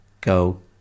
go